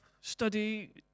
study